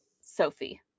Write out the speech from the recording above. Sophie